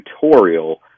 tutorial